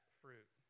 fruit